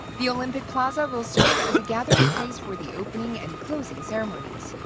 the olympic plaza serve as a gathering place for the opening and closing ceremonies.